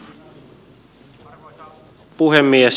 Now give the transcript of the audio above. arvoisa puhemies